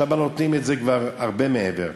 שם נותנים הרבה מעבר.